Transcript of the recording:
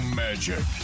magic